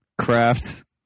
craft